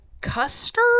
custard